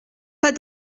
pas